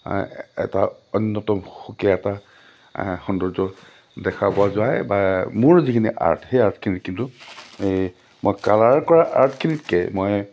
এটা অন্যতম সুকীয়া এটা সৌন্দৰ্য দেখা পোৱা যায় বা মোৰ যিখিনি আৰ্ট সেই আৰ্টখিনি কিন্তু এই মই কালাৰ কৰা আৰ্টখিনিতকৈ মই